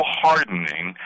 hardening